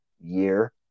year